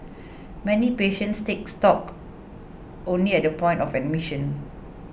many patients take stock only at the point of admission